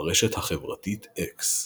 ברשת החברתית אקס